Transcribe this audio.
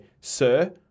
sir